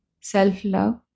Self-love